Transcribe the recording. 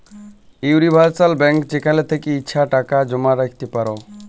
universal ব্যাংকে যেখাল থ্যাকে ইছা টাকা জমা রাইখতে পার